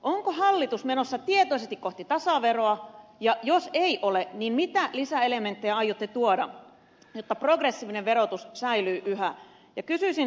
onko hallitus menossa tietoisesti kohti tasaveroa ja jos ei ole niin mitä lisäelementtejä aiotte tuoda jotta progressiivinen verotus säilyy yhä